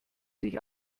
sich